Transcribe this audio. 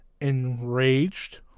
Enraged